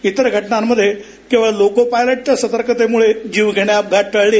इतर घटनामध्ये केवळ लोको पायलटच्या सतर्कतेमुळे जीवघेणे अपघात टळले